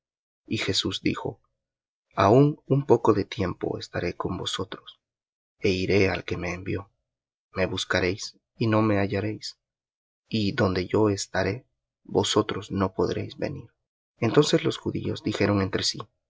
y jesús dijo aun un poco de tiempo estaré con vosotros é iré al que me envió me buscaréis y no me hallaréis y donde yo estaré vosotros no podréis venir entonces los judíos dijeron entre sí